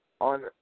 on